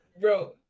Bro